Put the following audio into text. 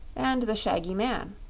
and the shaggy man,